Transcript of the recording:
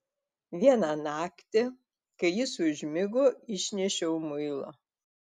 vieną naktį kai jis užmigo išnešiau muilą